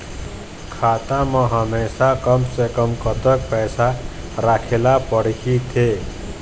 खाता मा हमेशा कम से कम कतक पैसा राखेला पड़ही थे?